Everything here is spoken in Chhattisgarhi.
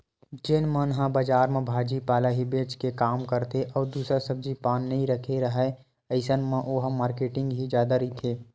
जेन मन ह बजार म भाजी पाला ही बेंच के काम करथे अउ दूसर सब्जी पान नइ रखे राहय अइसन म ओहा मारकेटिंग ही जादा रहिथे